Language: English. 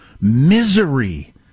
misery